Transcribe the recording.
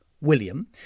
William